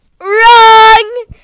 Wrong